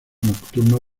nocturno